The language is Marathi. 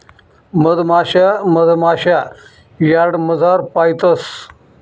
मधमाशा मधमाशा यार्डमझार पायतंस